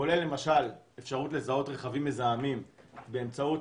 כולל למשל אפשרות לזהות רכבים מזהמים באמצעות